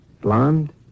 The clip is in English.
Blonde